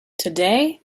today